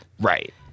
Right